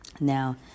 Now